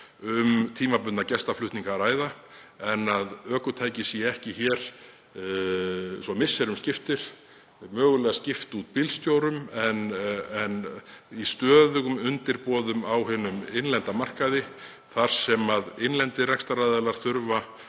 um tímabundna gestaflutninga að ræða en að ökutæki sé ekki hér svo misserum skipti, mögulega skipt út bílstjórum, í stöðugum undirboðum á hinum innlenda markaði þar sem innlendir rekstraraðilar þurfa